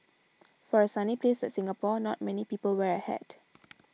for a sunny place like Singapore not many people wear a hat